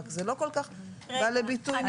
רגע,